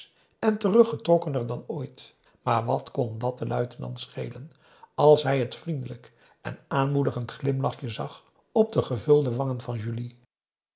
en teruggetrokkener dan ooit maar wat kon dat den luitenant schelen als hij het vriendelijk en aanmoedigend glimlachje zag op de gevulde wangen van julie